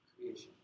creation